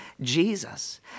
Jesus